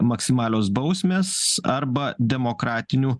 maksimalios bausmės arba demokratinių